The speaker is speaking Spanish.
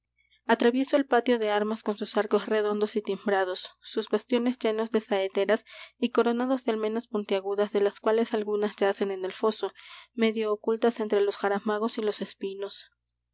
atravieso el patio de armas con sus arcos redondos y timbrados sus bastiones llenos de saeteras y coronados de almenas puntiagudas de las cuales algunas yacen en el foso medio ocultas entre los jaramagos y los espinos